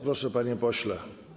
Proszę, panie pośle.